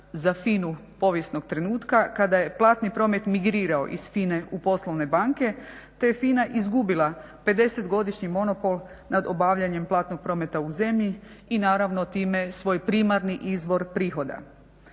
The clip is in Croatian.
za FINA-u povijesnog trenutka kada je platni promet migrirao iz FINA-e u poslovne banke te je FINA izgubila 50-godišnji monopol nad obavljanjem platnog prometa u zemlji i naravno time svoj primarni izvor prihoda.